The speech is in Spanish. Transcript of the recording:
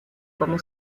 como